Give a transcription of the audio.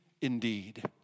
Indeed